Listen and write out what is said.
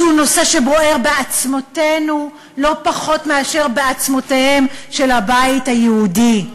שהוא נושא שבוער בעצמותינו לא פחות מאשר בעצמותיהם של הבית היהודי.